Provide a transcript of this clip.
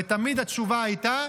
ותמיד התשובה הייתה: